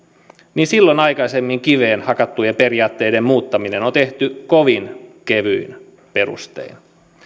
niin silloin aikaisemmin kiveen hakattujen periaatteiden muuttaminen on tehty kovin kevyin perustein